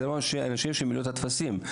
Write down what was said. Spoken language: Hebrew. זה האנשים שמילאו את הטפסים.